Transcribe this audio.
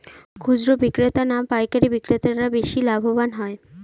খুচরো বিক্রেতা না পাইকারী বিক্রেতারা বেশি লাভবান হয়?